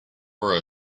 for